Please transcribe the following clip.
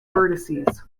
vertices